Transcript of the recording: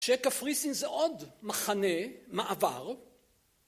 שפריסין זה עוד מחנה מעבר